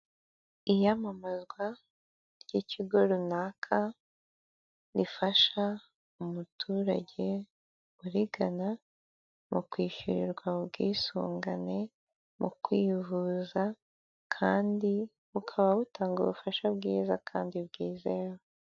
Iyamamazwa ry'ikigo runaka, rifasha umuturage urigana mu kwishyurirwa ubwisungane mu kwivuza kandi bakaba batanga ubufasha bwiza kandi bwizewe.